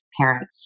parents